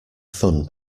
fun